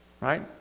right